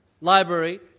library